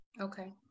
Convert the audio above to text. okay